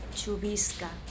Chubisca